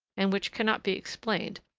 and which cannot be explained,